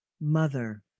Mother